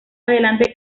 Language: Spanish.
adelante